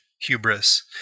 hubris